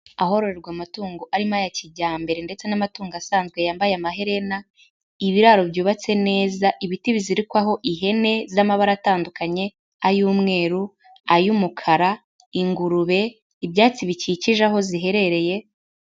Ahororerwa amatungo arimo aya kijyambere ndetse n'amatungo asanzwe yambaye amaherena, ibiraro byubatse neza, ibiti bizirikwaho ihene z'amabara atandukanye ay'umweru, ay'umukara, ingurube, ibyatsi bikikije aho ziherereye...